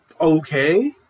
Okay